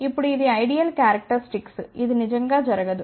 ఇప్పుడు ఇది ideal characteristics ఇది నిజంగా జరగదు